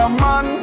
man